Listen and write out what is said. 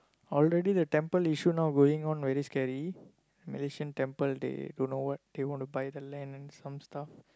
already the temple issue now going on very scary Malaysian temple they don't know what they want to buy the land and some stuff